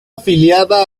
afiliada